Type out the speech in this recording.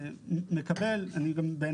אני מקבל וגם בעיני.